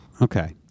Okay